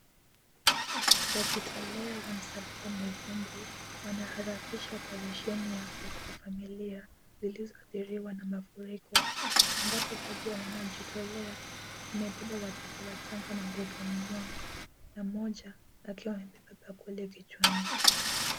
Wajitolea wa msalaba mwekundu, wanaharakisha oparesheni ya kuokoa familia zilizoathiriwa na mafuriko ambapo baadhi ya wanajitolea, wamebeba watoto wachanga mabegani mwao na mmoja akiwa amebeba bakuli kichwani.